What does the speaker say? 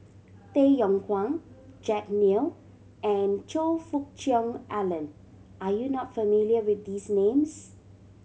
Tay Yong Kwang Jack Neo and Choe Fook Cheong Alan are you not familiar with these names